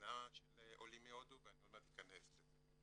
קטנה של עולים מהודו ואני עוד מעט אכנס לזה.